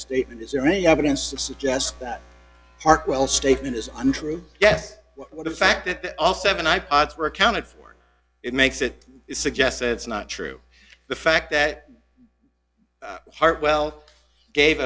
statement is there any evidence to suggest that park well statement is untrue yes what in fact that all seven i pods were accounted for it makes it suggests it's not true the fact that hartwell gave